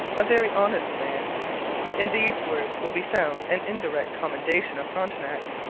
a very honest man in these words will be found an indirect commendation of frontenac,